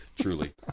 Truly